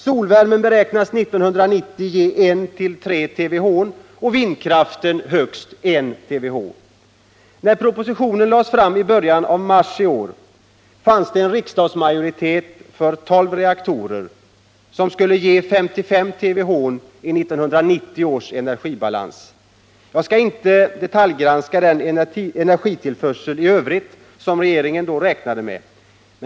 Solvärmen beräknas 1990 ge 1 å 3 TWh och vindkraften högst I TWh. När propositionen lades fram i början av mars i år fanns det en riksdagsmajoritet för 12 reaktorer, som skulle ge 55 TWh i 1990 års energibalans. Jag skall inte detaljgranska den energitillförsel i övrigt som regeringen då räknade med.